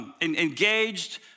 engaged